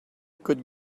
could